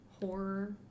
horror